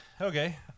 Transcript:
Okay